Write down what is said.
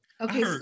Okay